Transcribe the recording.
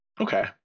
okay